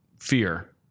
fear